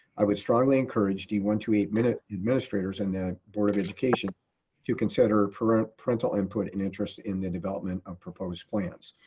i would strongly encourage d one two eight administrators and the board of education to consider parental parental input and interest in the development of proposed plans.